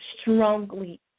strongly